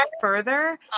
further